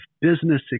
business